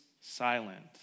silent